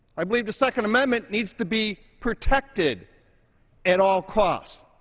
i believe the second amendment needs to be protected at all costs.